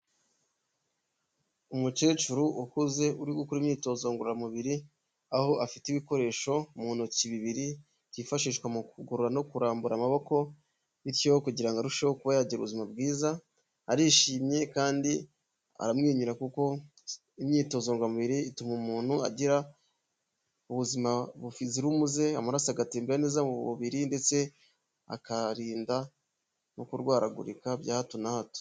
Umukecuru ukuze uri gukora imyitozo ngororamubiri, aho afite ibikoresho mu ntoki bibiri byifashishwa mu kugura no kurambura amaboko, bityo kugira ngo arusheho kuba yagira ubuzima bwiza arishimye kandi aramwenyura kuko imyitozo ngoramubiri ituma umuntu agira ubuzima buzira umuze, amaraso agatembera neza mu mubiri ndetse akarinda no kurwaragurika bya hato na hato.